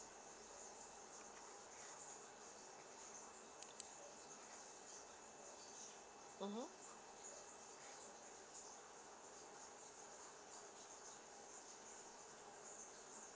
mmhmm